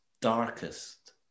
darkest